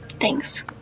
Thanks